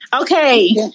Okay